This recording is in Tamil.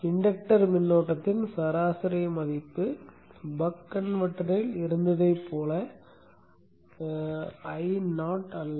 இன்டக்டர் மின்னோட்டத்தின் சராசரி மதிப்பு பக் கன்வெர்ட்டரில் இருந்ததைப் போல Io அல்ல